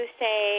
say